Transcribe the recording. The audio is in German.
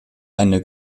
eine